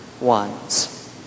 ones